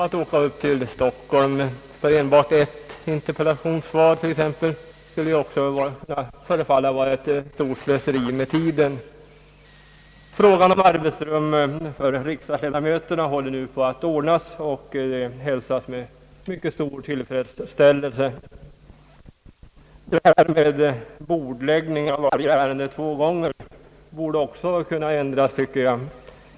Att åka upp till Stockholm för enbart ett interpellationssvar kan ju också förefalla som ett stort slöseri med tiden. Frågan om arbetsrum för riksdagsledamöterna håller nu på att lösas, vilket hälsas med mycket stor tillfredsställelse. Bestämmelsen att varje ärende skall bordläggas två gånger borde också kunna ändras.